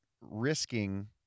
risking